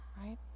right